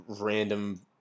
random